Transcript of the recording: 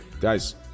guys